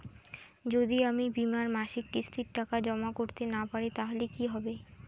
যদি আমি বীমার মাসিক কিস্তির টাকা জমা করতে না পারি তাহলে কি হবে?